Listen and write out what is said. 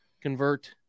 convert